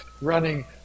running